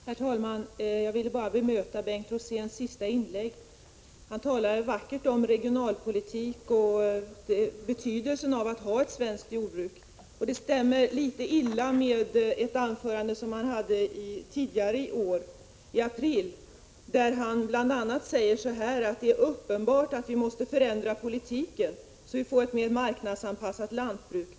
Herr talman! Jag vill bara bemöta Bengt Roséns sista inlägg. Han talade vackert om regionalpolitik och betydelsen av att ha ett svenskt jordbruk. Det stämmer litet illa med ett anförande som han höll i april i år, då han bl.a. sade att det är uppenbart att vi måste förändra politiken så att vi får ett mer marknadsanpassat lantbruk.